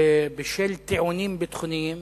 ובשל טיעונים ביטחוניים